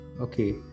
Okay